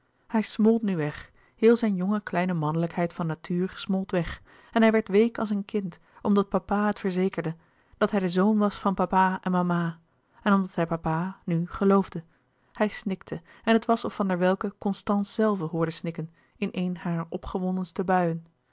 hij smolt nu weg heel zijn jonge kleine mannelijkheid van natuur smolt weg en hij werd week als een kind omdat papa het verzekerde dat hij de zoon was van papa en mama en omdat hij papa nu geloofde hij snikte en het was of van der welcke constance zelve hoorde snikken in eene harer opgewondenste buien